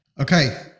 Okay